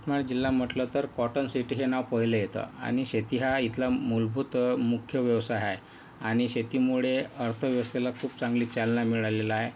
यवतमाळ जिल्हा म्हटलं तर कॉटन सिटी हे नाव पहिलं येतं आणि शेती हा इथला मूलभूत मुख्य व्यवसाय आहे आणि शेतीमुळे अर्थव्यवस्थेला खूप चांगली चालना मिळालेलं आहे